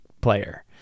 player